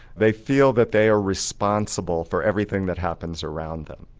they feel that they are responsible for everything that happens around them.